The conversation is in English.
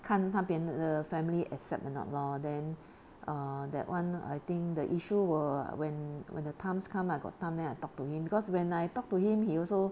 看他那边的 family accept or not lor then ugh that [one] I think the issue were when when the times come I got time then I talk to him because when I talk to him he also